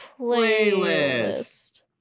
playlist